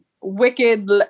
wicked